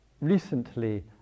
recently